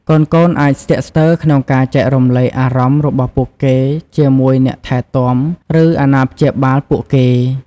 កូនៗអាចស្ទាក់ស្ទើរក្នុងការចែករំលែកអារម្មណ៍របស់ពួកគេជាមួយអ្នកថែទាំ ឬអាណាព្យាបាលពួកគេ ។